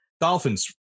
dolphins